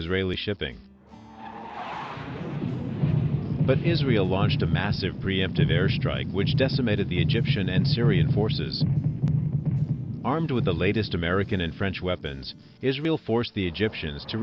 israeli shipping but israel launched a massive preemptive air strike which decimated the egyptian and syrian forces armed with the latest american and french weapons israel forced the egyptians to